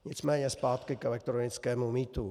Nicméně zpátky k elektronickému mýtu.